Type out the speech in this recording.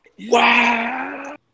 Wow